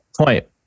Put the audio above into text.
point